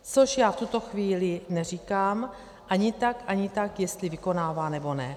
Což já v tuto chvíli neříkám ani tak, ani tak, jestli vykonává, nebo ne.